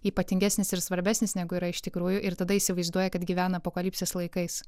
ypatingesnis ir svarbesnis negu yra iš tikrųjų ir tada įsivaizduoja kad gyvena apokalipsės laikais